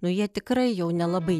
nu jie tikrai jau nelabai